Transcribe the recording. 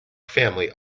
family